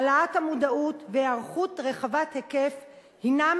העלאת המודעות והיערכות רחבת היקף הינם